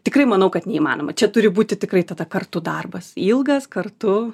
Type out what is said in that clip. tikrai manau kad neįmanoma čia turi būti tikrai tada kartu darbas ilgas kartu